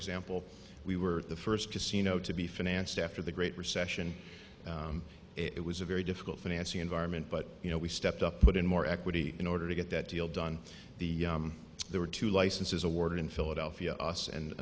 example we were the first casino to be financed after the great recession it was a very difficult financing environment but you know we stepped up put in more equity in order to get that deal done the there were two licenses awarded in philadelphia us and